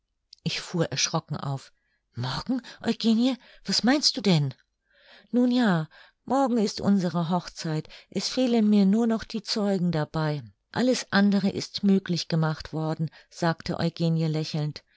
ich fuhr erschrocken auf morgen eugenie was meinst du denn nun ja morgen ist unsere hochzeit es fehlen mir nur die zeugen dabei alles andere ist möglich gemacht worden sagte eugenie lächelnd